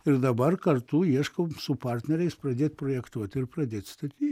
ir dabar kartu ieškau su partneriais pradėt projektuot ir pradėt statyt